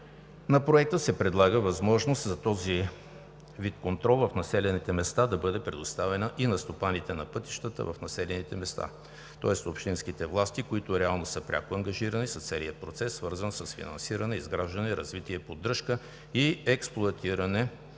на Проекта се предлага възможност този вид контрол в населените места да бъде предоставен и на стопаните на пътищата в населените места, тоест общинските власти, които реално са пряко ангажирани с целия процес, свързан с финансиране, изграждане, развитие, поддръжка и експлоатиране